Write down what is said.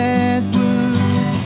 Redwood